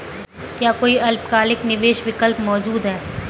क्या कोई अल्पकालिक निवेश विकल्प मौजूद है?